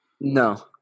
No